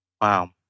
Wow